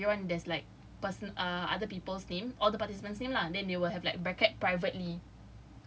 uh instead of everyone there's like person ah other people's name all the participants' name lah then they will have like bracket privately